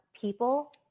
people